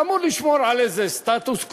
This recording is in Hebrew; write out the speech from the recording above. שאמור לשמור על איזה סטטוס-קוו,